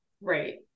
right